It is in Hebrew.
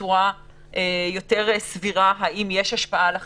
בצורה יותר סבירה האם יש לזה השפעה על החיסון.